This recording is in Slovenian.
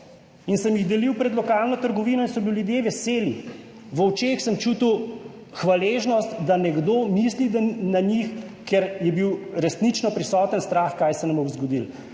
sem jih pred lokalno trgovino in so bili ljudje veseli. V očeh sem čutil hvaležnost, da nekdo misli na njih, ker je bil resnično prisoten strah, kaj se nam bo zgodilo.